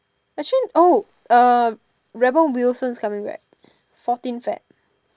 actually oh uh rebel Wilson coming back fourteenth Feb